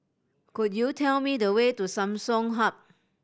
could you tell me the way to Samsung Hub